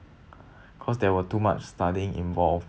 cause there were too much studying involved